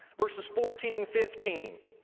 verses fourteen and fifteen.